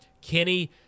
Kenny